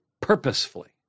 purposefully